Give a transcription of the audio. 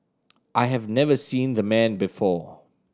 I have never seen the man before